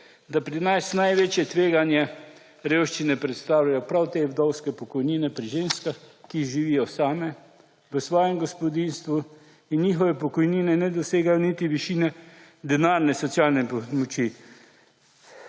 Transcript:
da pri nas največje tveganje revščine predstavljajo prav te vdovske pokojnine pri ženskah, ki živijo same v svojem gospodinjstvu in njihove pokojnine ne dosegajo niti višine denarne socialne pomoči.